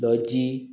लोजी